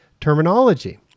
terminology